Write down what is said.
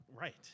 Right